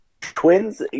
twins